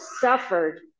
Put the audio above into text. suffered